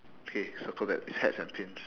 okay circle that it's hats and pins